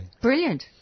Brilliant